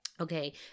Okay